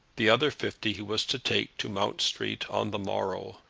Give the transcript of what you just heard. the other fifty he was to take to mount street on the morrow.